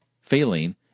failing